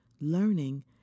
learning